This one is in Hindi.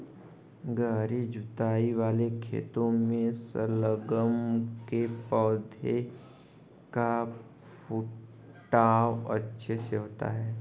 गहरी जुताई वाले खेतों में शलगम के पौधे का फुटाव अच्छे से होता है